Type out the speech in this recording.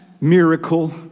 miracle